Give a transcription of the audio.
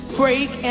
break